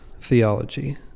theology